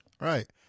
Right